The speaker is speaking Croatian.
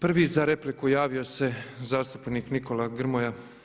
Prvi za repliku javio se zastupnika Nikola Grmoja.